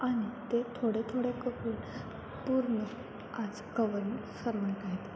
आणि ते थोडे थोडे कपड पूर्ण आज गव्हर्मेंट सर्वंट आहेत